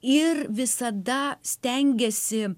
ir visada stengėsi